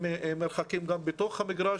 עם מרחקים גם בתוך המגרש.